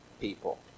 people